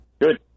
Good